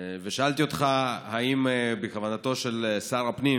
ושאלתי אותך אם בכוונתו של שר הפנים